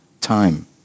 time